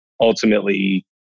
ultimately